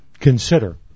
consider